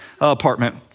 apartment